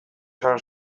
izan